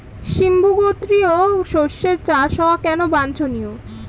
সিম্বু গোত্রীয় শস্যের চাষ হওয়া কেন বাঞ্ছনীয়?